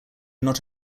not